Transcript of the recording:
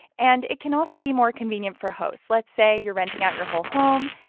and it can also be more convenient for hosts. let's say you're renting out your whole home.